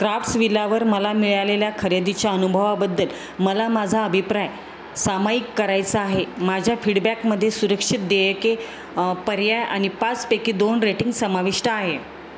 crafts विलावर मला मिळालेल्या खरेदीच्या अनुभवाबद्दल मला माझा अभिप्राय सामायिक करायचा आहे माझ्या फीडबॅकमध्ये सुरक्षित देयके पर्याय आणि पाचपैकी दोन रेटिंग समाविष्ट आहे